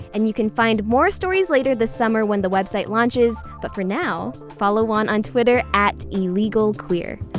and you can find more stories later this summer when the website launches but for now follow juan on twitter at illegalqueer.